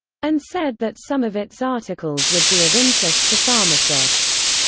and said that some of its articles would be of interest to pharmacists.